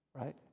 right